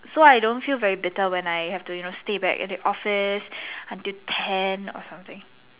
so I don't feel very bitter when I have to you know stay back in the office until ten or something